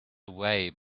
away